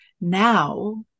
now